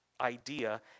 idea